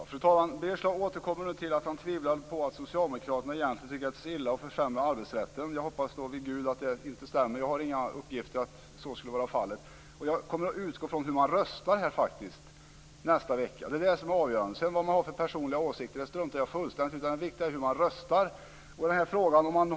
Fru talman! Birger Schlaug återkommer till att han tvivlar på att socialdemokraterna egentligen tycker att det är så illa att försämra arbetsrätten. Jag hoppas vid Gud att det inte stämmer. Jag har inga uppgifter om att så skulle vara fallet. Jag kommer att utgå från hur man röstar nästa vecka. Det är avgörande. Vilka personliga åsikter man har struntar jag fullständigt i. Det viktiga är hur man röstar i frågan.